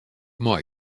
mei